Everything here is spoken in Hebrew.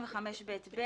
סעיף 2א5ב(ב),